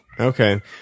Okay